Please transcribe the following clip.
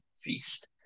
feast